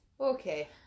Okay